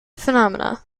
phenomena